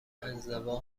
انزوا